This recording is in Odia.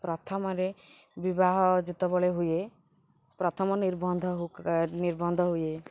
ପ୍ରଥମରେ ବିବାହ ଯେତେବେଳେ ହୁଏ ପ୍ରଥମ ନିର୍ବନ୍ଧ ନିର୍ବନ୍ଧ ହୁଏ